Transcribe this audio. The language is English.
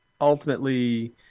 ultimately